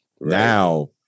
Now